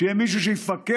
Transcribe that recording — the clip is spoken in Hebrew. שיהיה מישהו שיפקח